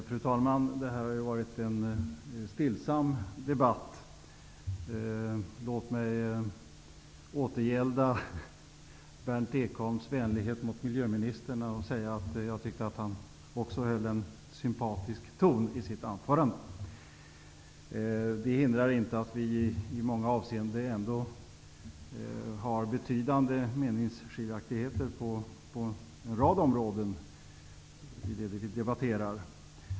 Fru talman! Det har varit en stillsam debatt. Låt mig återgälda Berndt Ekholms vänlighet mot miljöministern och säga att jag tyckte att han också höll en sympatisk ton i sitt anförande. Det hindrar inte att vi i många avseenden ändå har betydande meningsskiljaktigheter på en rad områden i det vi nu debatterar.